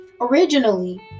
Originally